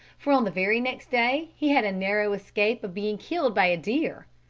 for on the very next day he had a narrow escape of being killed by a deer.